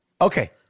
Okay